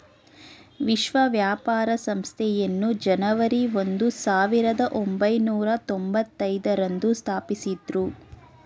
ವಿಶ್ವ ವ್ಯಾಪಾರ ಸಂಸ್ಥೆಯನ್ನು ಜನವರಿ ಒಂದು ಸಾವಿರದ ಒಂಬೈನೂರ ತೊಂಭತ್ತೈದು ರಂದು ಸ್ಥಾಪಿಸಿದ್ದ್ರು